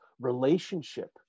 relationship